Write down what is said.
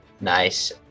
nice